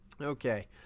Okay